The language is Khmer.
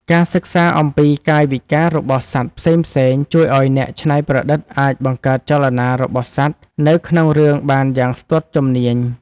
ការសិក្សាអំពីកាយវិការរបស់សត្វផ្សេងៗជួយឱ្យអ្នកច្នៃប្រឌិតអាចបង្កើតចលនារបស់សត្វនៅក្នុងរឿងបានយ៉ាងស្ទាត់ជំនាញ។